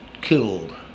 killed